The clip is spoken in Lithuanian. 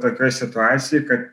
tokioj situacijoj kad